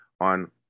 on